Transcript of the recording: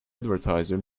advertiser